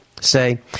say